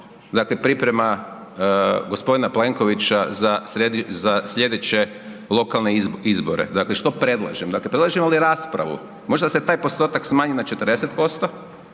dakle priprema g. Plenkovića za sljedeće lokalne izbore, dakle, što predlažem, predlažemo li raspravu, možda da se taj postotak smanji na 40%,